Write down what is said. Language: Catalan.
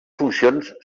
funcions